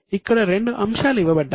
ఇక్కడ రెండు అంశాలు ఇవ్వబడ్డాయి